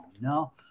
no